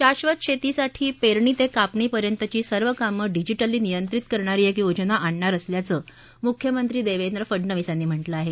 शाश्वत शेतीसाठी पेरणी ते कापणी पर्यंतची सर्व कामं डिजिटली नियंत्रित करणारी एक योजना आणणार असल्याचं मुख्यमंत्री देवेंद्र फडणवीस यांनी म्हटलं आहे